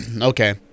Okay